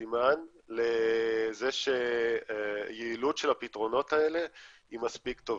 סימן לזה שהיעילות של הפתרונות האלה היא מספיק טובה.